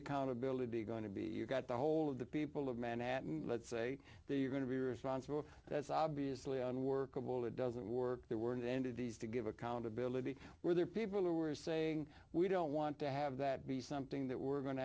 accountability going to be you've got the whole of the people of manhattan let's say they are going to be responsible that's obviously unworkable it doesn't work there weren't entities to give accountability where there are people who are saying we don't want to have that be something that we're go